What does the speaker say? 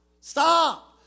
Stop